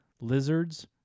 lizards